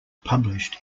published